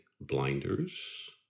blinders